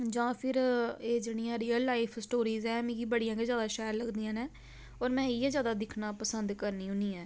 जां फिर एह् जेह्ड़ियां रेयल लाईफ स्टोरीस ऐं मिगी बड़ियां गै जैदा शैल लगदियां नै और मैं इयै जैदा दिक्खना पसंद करनी होन्नी ऐ